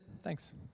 Thanks